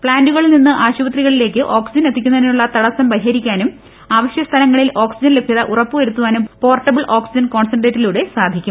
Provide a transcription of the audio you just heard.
പ്ലാന്റുകളിൽ നിന്ന് ആശുപത്രികളിലേക്ക് ഓക്സിജൻ എത്തിക്കുന്നതിനുള്ള തടസ്സം പരിഹരിക്കാനും അവശ്യ സ്ഥലങ്ങളിൽ ഓക്സിജൻ ലഭ്യത ഉറപ്പുവരുത്താനും പോർട്ടബിൽ ഓക്സിജൻ കോൺസൻട്രേറ്ററിലൂടെ സാധിക്കും